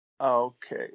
Okay